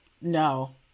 no